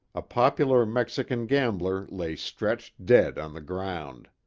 a popular mexican gambler lay stretched dead on the ground.